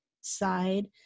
side